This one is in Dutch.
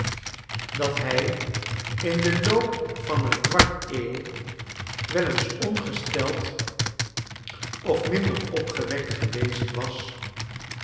dat hij in den loop van een kwart eeuw wel eens ongesteld of minder opgewekt geweest was